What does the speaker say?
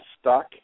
stuck